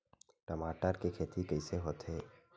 टमाटर के खेती कइसे होथे?